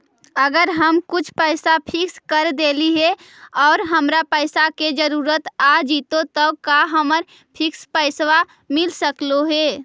अगर हम कुछ पैसा फिक्स कर देली हे और हमरा पैसा के जरुरत आ जितै त का हमरा फिक्स पैसबा मिल सकले हे?